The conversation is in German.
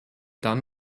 dann